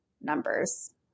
numbers